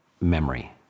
memory